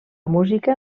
música